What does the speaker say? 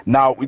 Now